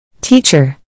Teacher